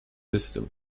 system